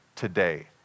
today